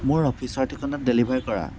মোৰ অফিচৰ ঠিকনাত ডেলিভাৰ কৰা